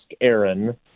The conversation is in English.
Aaron